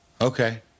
Okay